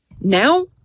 Now